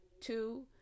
Two